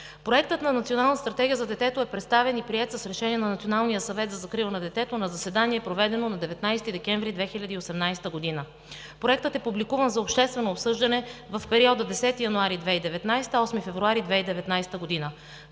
Проектът на Национална стратегия за детето е представен и приет с решение на Националния съвет за закрила на детето на заседание, проведено на 19 декември 2018 г. Проектът е публикуван за обществено обсъждане в периода 10 януари – 8 февруари 2019 г.